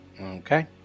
Okay